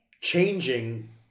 changing